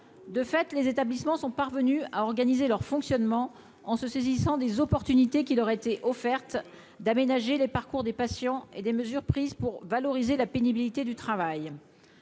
de fait, les établissements sont parvenus à organiser leur fonctionnement en se saisissant des opportunités qui leur a été offerte d'aménager les parcours des patients et des mesures prises pour valoriser la pénibilité du travail,